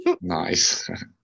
nice